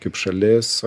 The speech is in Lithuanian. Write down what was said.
kaip šalis